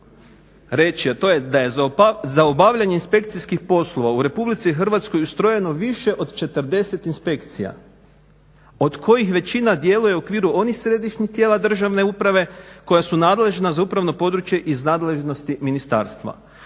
to je da je za obavljanje inspekcijskih poslova u RH ustrojeno više od 40 inspekcija od kojih većina djeluje u okviru onih središnjih tijela državne uprave koja su nadležna za upravno područje iz nadležnosti ministarstva